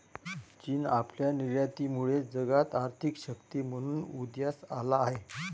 चीन आपल्या निर्यातीमुळे जगात आर्थिक शक्ती म्हणून उदयास आला आहे